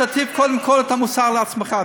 תטיף קודם כול את המוסר לעצמך.